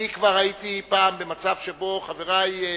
אני כבר הייתי פעם במצב שבו חברי,